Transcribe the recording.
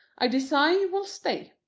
i desire you will stay.